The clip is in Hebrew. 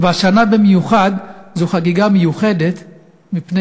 והשנה במיוחד זו חגיגה מיוחדת, מפני